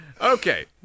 Okay